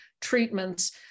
treatments